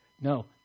No